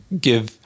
give